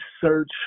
search